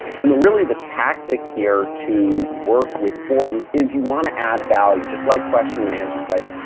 and the really the tactic here to work with forums is you want to add value. just like question-and-answer sites.